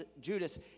Judas